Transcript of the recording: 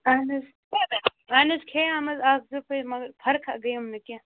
اَہَن حظ اَہن حظ کھیٚیِم حظ اَکھ زٕ پھٔلۍ مگر فرقا گٔیِم نہٕ کیٚنٛہہ